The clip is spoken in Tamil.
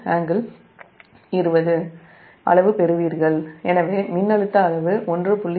463∟200 அளவு பெறுவீர்கள்எனவே மின்னழுத்த அளவு 1